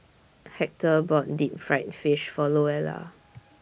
Hector bought Deep Fried Fish For Louella